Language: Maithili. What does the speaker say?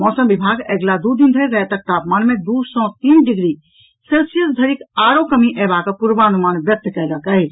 मौसम विभाग अगिला दू दिन धरि रातिक तापमान मे दू सँ तीन डिग्री सेल्सियस धरिक आरो कमी अयवाक पूर्वानुमान व्यक्त कयलक अछि